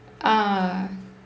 ah